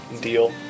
deal